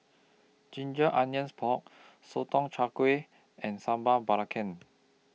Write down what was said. Ginger Onions Pork Sotong Char Kway and Sambal Belacan